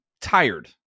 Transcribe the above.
tired